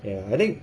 ya I think